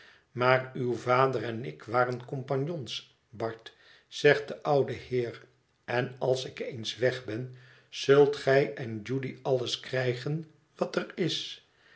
maar uw vader en ik waren compagnons bart zegt de oude heer en als ik eens weg ben zult gij en judy alles krijgen wat er is